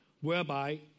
whereby